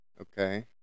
Okay